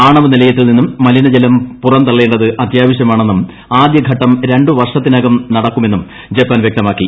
ആണവനിലയത്തിൽ നിന്നും മലിനജലം പുറന്തള്ളേണ്ടത് അത്യാവശ്യമാണെന്നും ആദ്യഘട്ടം രണ്ട് വർഷത്തിനകം നടക്കുമെന്നും ജപ്പാൻ വ്യക്തമാക്കി